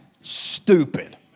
stupid